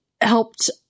helped